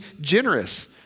generous